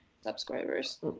subscribers